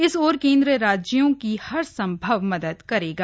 इस ओर केन्द्र राज्यों की हरसम्भव मदद करेगा